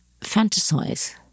fantasize